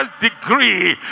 degree